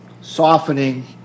softening